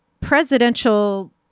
presidential